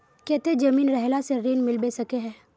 केते जमीन रहला से ऋण मिलबे सके है?